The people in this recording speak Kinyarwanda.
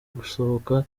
gusohoka